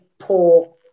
poor